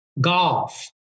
golf